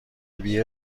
ملی